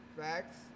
Facts